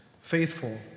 faithful